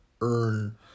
earn